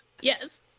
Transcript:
Yes